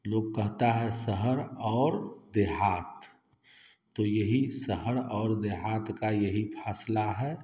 लोग कहता है शहर और देहात तो यही शहर और देहात का यही फासला है